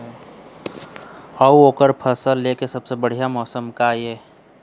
अऊ ओकर फसल लेय के सबसे बढ़िया मौसम का ये?